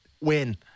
win